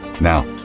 Now